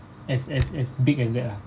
as as as big as that lah